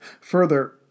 Further